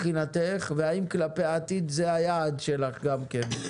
מבחינתך והאם כלפי העתיד זה היעד שלך גם כן?